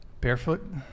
Barefoot